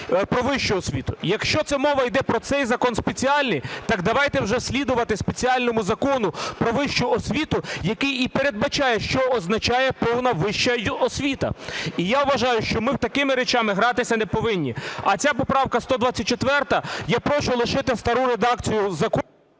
Якщо це мова йде про цей закон, спеціальний, так давайте вже слідувати спеціальному Закону "Про вищу освіту", який і передбачає, що означає повна вища освіта. І я вважаю, що ми такими речами гратися не повинні. А ця поправка 124-а, я прошу лишити стару редакцію закону…